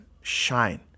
shine